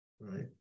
right